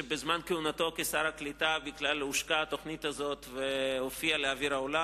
שבזמן כהונתו כשר הקליטה הושקה התוכנית הזאת והופיעה לאוויר העולם.